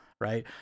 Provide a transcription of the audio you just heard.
Right